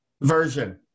version